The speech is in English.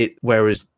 Whereas